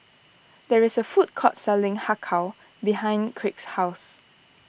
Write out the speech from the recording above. there is a food court selling Har Kow behind Kraig's house